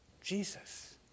Jesus